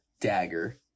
dagger